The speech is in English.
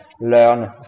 learn